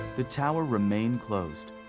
the tower remained closed.